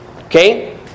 Okay